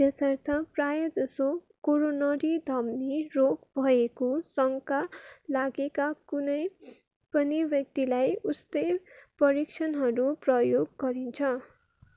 त्यसर्थ प्रायःजसो कोरोनरी धमनी रोग भएको शङ्का लागेका कुनै पनि व्यक्तिलाई उस्तै परिक्षणहरू प्रयोग गरिन्छ